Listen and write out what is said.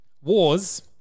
Wars